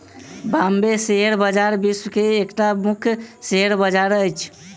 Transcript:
Bombay share बजार विश्व के एकटा मुख्य शेयर बजार अछि